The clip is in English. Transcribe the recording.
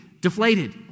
deflated